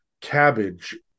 cabbage